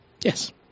Yes